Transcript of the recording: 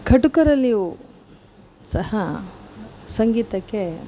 ಕಟುಕರಲ್ಲಿಯೂ ಸಹ ಸಂಗೀತಕ್ಕೆ